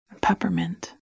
peppermint